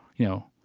you know,